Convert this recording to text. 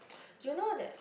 do you know that